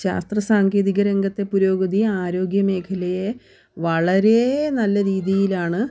ശാസ്ത്രസാങ്കേതികരംഗത്തെ പുരോഗതി ആരോഗ്യമേഖലയെ വളരെ നല്ല രീതിയിലാണ്